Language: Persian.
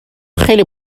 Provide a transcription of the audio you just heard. خیلی